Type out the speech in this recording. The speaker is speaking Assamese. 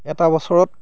এটা বছৰত